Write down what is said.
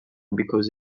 because